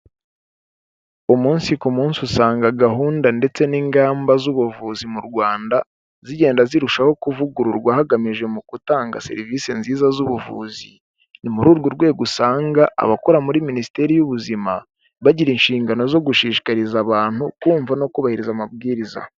Umunsi ku munsi usanga gahunda ndetse n'ingamba z'ubuvuzi mu Rwanda, zigenda zirushaho kuvugururwa, hagamije mu gutanga serivisi nziza z'ubuvuzi, ni muri urwo rwego usanga abakora muri Minisiteri y'Ubuzima, bagira inshingano zo gushishikariza abantu kumva no kubahiriza amabwiriza.